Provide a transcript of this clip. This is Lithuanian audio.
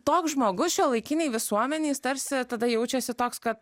toks žmogus šiuolaikinėj visuomenėj jis tarsi tada jaučiasi toks kad